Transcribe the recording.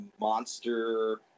monster